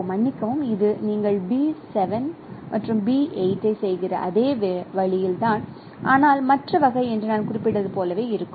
மன்னிக்கவும் இது நீங்கள் B7 மற்றும் B12 ஐச் செய்கிற அதே வழியில் தான் ஆனால் மற்ற வகை நான் குறிப்பிட்டது போலவே இருக்ககும்